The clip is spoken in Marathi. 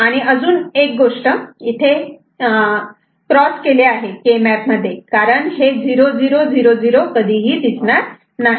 आणि अजून एक गोष्ट इथे क्रॉस केले आहे कारण 0000 कधीही दिसणार नाही